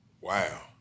wow